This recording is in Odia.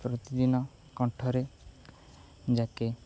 ପ୍ରତିଦିନ କଣ୍ଠରେ ଯାକେ